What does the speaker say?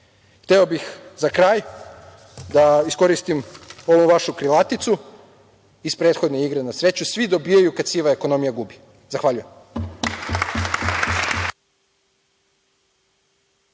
evra. Hteo bih za kraj da iskoristim ovu vašu krilaticu iz prethodne igre na sreću „svi dobijaju kada siva ekonomija gubi“. Zahvaljujem.